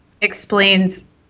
explains